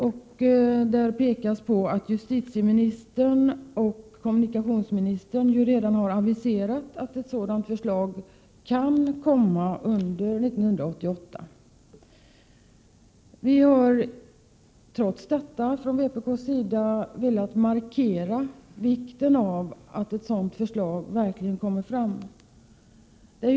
Av betänkandet framgår att justitieministern och kommunikationsministern redan har aviserat att ett sådant förslag kan komma under 1988. Vi har trots detta från vpk:s sida velat markera vikten av att ett sådant förslag verkligen läggs fram.